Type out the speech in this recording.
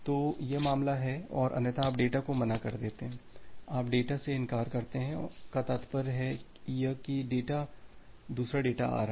तो यह मामला है और अन्यथा आप डेटा को मना कर देते हैं आप डेटा से इंकार करते हैं का तात्पर्य यह है कि यह दूसरा डेटा आ रहा है